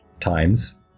times